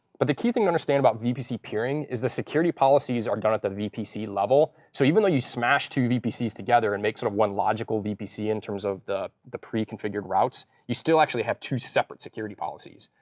but the key thing to understand about vpc peering is the security policies are done at the vpc level. so even though you smash two vpcs together and make sort of one logical vpc in terms of the the pre-configured routes, you still actually have two separate security policies.